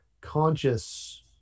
conscious